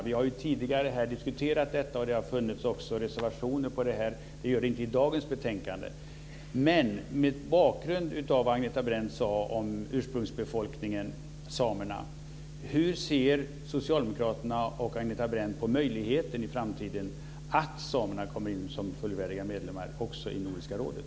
Vi har tidigare här diskuterat detta, och det har också funnits reservationer i dessa frågor. Det gör det inte i dagens betänkande. Hur ser Socialdemokraterna och Agneta Brendt, mot bakgrund av det som hon sade om ursprungsbefolkningen samerna, på möjligheten för dessa att i framtiden komma in som fullvärdiga medlemmar i Nordiska rådet?